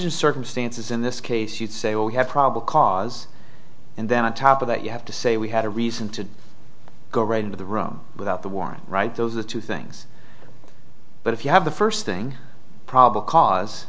exigent circumstances in this case you'd say well you have probable cause and then on top of that you have to say we had a reason to go right into the room without the warrant right those are the two things but if you have the first thing probable cause